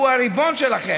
הוא הריבון שלכם,